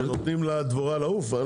שנותנים לדבורה לעוף?